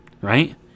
right